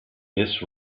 this